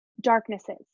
darknesses